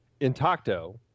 Intacto